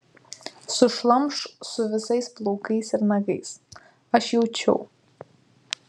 sušlamš su visais plaukais ir nagais aš jaučiau